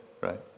right